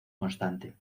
constante